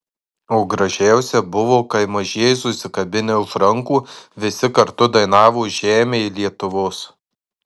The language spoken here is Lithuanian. o gražiausia buvo kai mažieji susikabinę už rankų visi kartu dainavo žemėj lietuvos